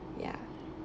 ya